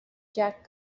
jack